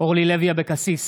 אורלי לוי אבקסיס,